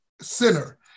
center